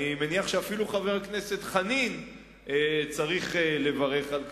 אני מניח שאפילו חבר הכנסת חנין צריך לברך על כך,